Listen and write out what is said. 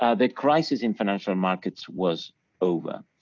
ah the crisis in financial markets was over.